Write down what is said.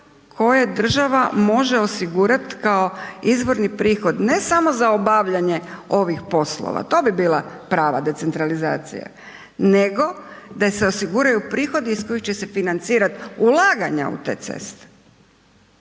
koje država može osigurat kao izvorni prihod ne samo za obavljanje ovih poslova, to bi bila prava decentralizacija, nego da se osiguraju prohodi iz kojih će se financirat ulaganja u te ceste.